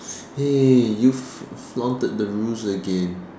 hey you f~ flaunted the rules again